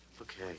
Okay